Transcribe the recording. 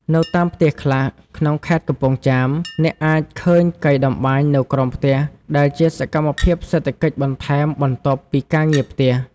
នៅតាមផ្ទះខ្លះក្នុងខេត្តកំពង់ចាម អ្នកអាចឃើញកីត្បាញនៅក្រោមផ្ទះ ដែលជាសកម្មភាពសេដ្ឋកិច្ចបន្ថែមបន្ទាប់ពីការងារផ្ទះ។